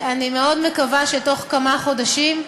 אני מאוד מקווה שבתוך כמה חודשים,